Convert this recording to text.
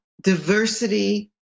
diversity